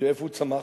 איפה הוא צמח?